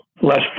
less